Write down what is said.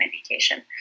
medication